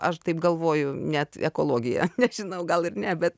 aš taip galvoju net ekologija nežinau gal ir ne bet